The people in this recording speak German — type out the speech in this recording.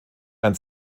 ein